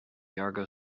yargo